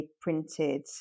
printed